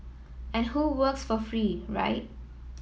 and who works for free right